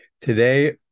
Today